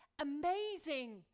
amazing